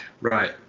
Right